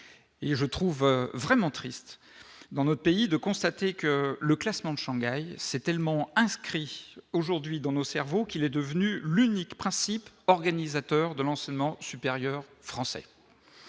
je trouve vraiment triste dans notre pays, de constater que le classement de Shanghai, c'est tellement inscrit aujourd'hui dans nos cerveaux, qu'il est devenu l'unique principe organisateur de l'enseignement supérieur français